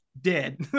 dead